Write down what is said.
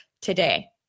today